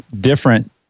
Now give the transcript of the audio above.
different